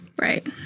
Right